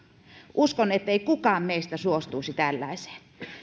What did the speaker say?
uskon ettei kukaan meistä suostuisi tällaiseen